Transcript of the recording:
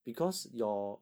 对啦 mm